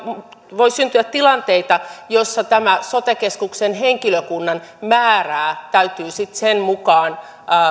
syntyä tilanteita joissa sote keskuksen henkilökunnan määrää täytyy sitten sen mukaan